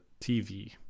tv